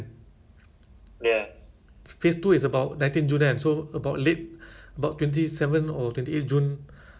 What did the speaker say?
they close off one side [tau] that means like if you eat four persons right you all you all will eat you all will seat down side by side